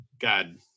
God